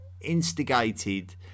instigated